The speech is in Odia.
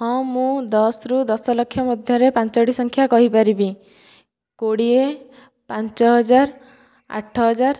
ହଁ ମୁଁ ଦଶରୁ ଦଶ ଲକ୍ଷ ମଧ୍ଯରେ ପାଞ୍ଚଟି ସଂଖ୍ୟା କହିପାରିବି କୋଡ଼ିଏ ପାଞ୍ଚ ହଜାର ଆଠ ହଜାର